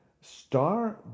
Star